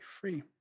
free